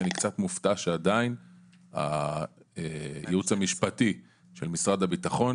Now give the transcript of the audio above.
אני קצת מופתע שהייעוץ המשפטי של משרד הביטחון